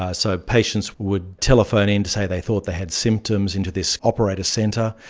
ah so patients would telephone in to say they thought they had symptoms into this operator centre.